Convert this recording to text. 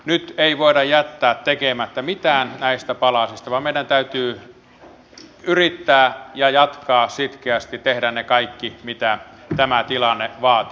nyt ei voida jättää tekemättä mitään näistä palasista vaan meidän täytyy yrittää ja jatkaa sitkeästi tehdä ne kaikki mitä tämä tilanne vaatii